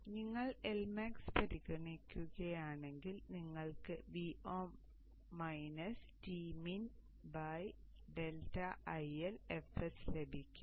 അതിനാൽ നിങ്ങൾ L max പരിഗണിക്കുകയാണെങ്കിൽ നിങ്ങൾക്ക് Vo dmin ∆IL fs ലഭിക്കും